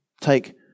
take